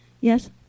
Yes